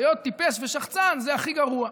אבל להיות טיפש ושחצן זה הכי גרוע.